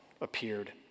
appeared